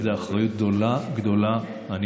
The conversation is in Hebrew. גדולה של המערכת.